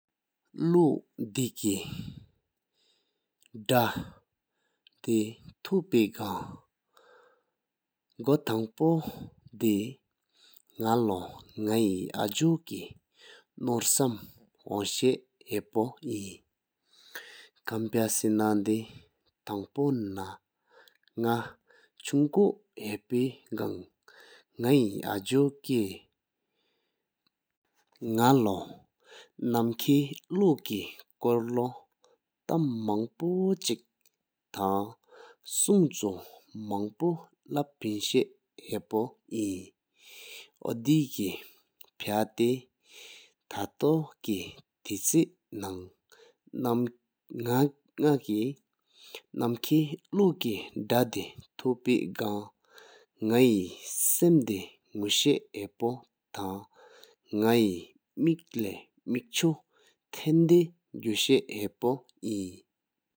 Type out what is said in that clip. ལུཀ་དེ་དེ་ཐོ་དཔེ་གང་གོ་ཐང་པོ་དེ་ནག་ལོ་ཨ་ཇུ་ཀེ་ནོར་སམ་ཧོན་ཤ་ཧ་པོ་ཨིན། ཁན་ཕ་སེ་ན་དེ་ ཐང་པོ་ན་ཆུང་ཀུ་ཧ་པེ་གང་ནག་ཧེ་ཨ་ཇུ་ཀེ་ནག་ལོ་ནམ་ཁ་ལུཀེ་སྐོར་ལོ་ཏམ་མང་པོ་གཅིག་ཐན་སྲུང་ཆུ་མང་པུ་ལབ་ཕིན་ཤ་ཧ་པོ་ཨིན། ཨོ་དེ་ཀེ་ཕ་ཐ་ཐ་ཐོ་ཀེ་ཐེ་ཆེ་ནང་ནག་ཀེ་ནམ་ཁེ་ལུ་ཀེ་དྷ་དེ་ཐུ་དཔེ་གང་ནག་ཧ་སམ་དེ་སྔུ་ཤ་ཧ་པོ་ཐང་ནག་ཧེ་མེག་ལས་མིག་ཆུ་ཐེན་དེ་གུ་ཤ་ཧ་པོ་ཨིན།